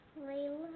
Layla